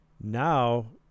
now